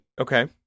okay